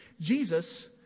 Jesus